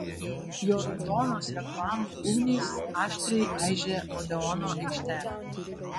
jo raudonos reklamų ugnys aštriai aižė odeono aikštelę